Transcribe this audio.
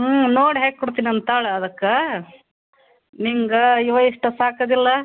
ಹ್ಞೂ ನೋಡು ಹೇಗೆ ಕೊಡ್ತೀನಂತ ತಾಳು ಅದಕ್ಕೆ ನಿಂಗೆ ಇವು ಇಷ್ಟು ಸಾಕದಿಲ್ಲ